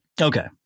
Okay